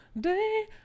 day